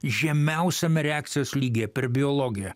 žemiausiame reakcijos lygyje per biologiją